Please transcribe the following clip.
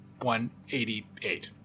188